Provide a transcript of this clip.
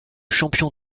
champion